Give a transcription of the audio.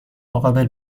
مقابل